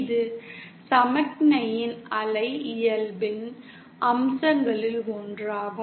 இது சமிக்ஞையின் அலை இயல்பின் அம்சங்களில் ஒன்றாகும்